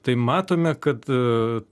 tai matome kad